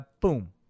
boom